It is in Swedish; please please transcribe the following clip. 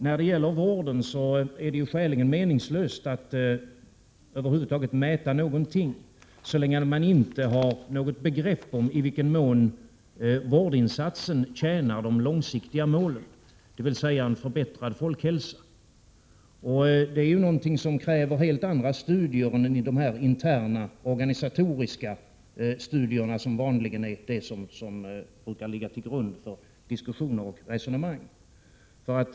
När det gäller vården är det skäligen meningslöst att över huvud taget mäta någonting så länge man inte har något begrepp om i vilken mån vårdinsatsen tjänar det långsiktiga målet, dvs. en förbättrad folkhälsa. Det är någonting som kräver helt andra studier än de interna organisatoriska studier som vanligen brukar ligga till grund för diskussioner och resonemang.